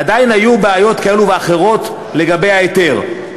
עדיין היו בעיות כאלו ואחרות לגבי ההיתר.